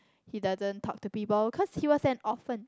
he doesn't talk to people cause he was an orphan